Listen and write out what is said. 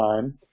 time